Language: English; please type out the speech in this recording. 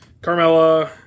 Carmella